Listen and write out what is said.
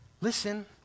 listen